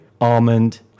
almond